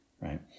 right